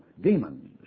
demons